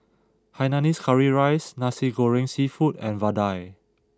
Hainanese Curry Rice Nasi Goreng Seafood and Vadai